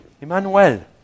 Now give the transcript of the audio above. Emmanuel